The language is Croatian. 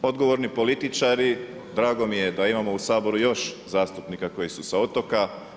Kao odgovorni političari drago mi je da imamo u Saboru još zastupnika koji su sa otoka.